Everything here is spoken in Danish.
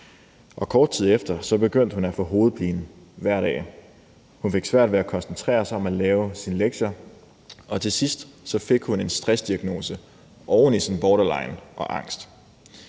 Kort tid efter begyndte hun at få hovedpine hver dag. Hun fik svært ved at koncentrere sig om at lave sin lektier, og til sidst fik hun en stressdiagnose oven i sin borderline og angst.